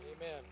Amen